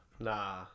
Nah